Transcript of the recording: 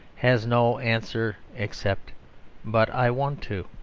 has no answer except but i want to.